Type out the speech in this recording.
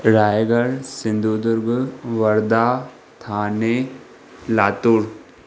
Raigad Sindhudurg Wardha Thane Latur